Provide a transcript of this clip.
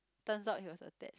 turns out he was attached